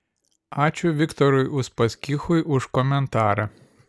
ačiū viktorui uspaskichui už komentarą